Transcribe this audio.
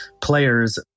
players